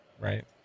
right